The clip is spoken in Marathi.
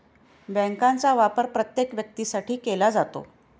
बँकांचा वापर प्रत्येक व्यक्तीसाठी केला जातो